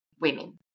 women